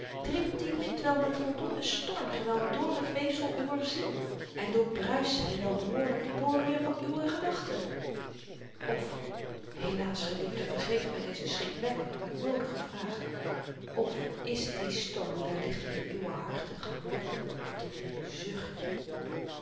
die wind wel met voldoend stormgeweld door het weefsel uwer ziel en doorbruischt hy wel behoorlyk de poriën van uwe gedachten of helaas geliefden vergeeft my deze schrikwekkende maar noodige vraag of is die storm wellicht in uwe harten geworden tot een zuchtje